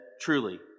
Truly